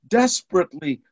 desperately